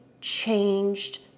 changed